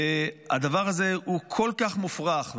הדבר הזה הוא כל כך מופרך,